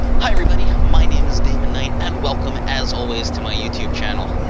hi everybody, my name is damen knight, and welcome as always to my youtube channel.